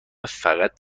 فقط